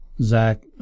Zach